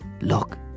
look